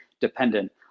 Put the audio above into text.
dependent